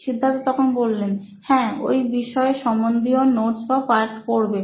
সিদ্ধার্থ হ্যাঁ ওই বিষয় সম্বন্ধীয় নোটস বা পাঠ পড়বে